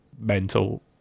mental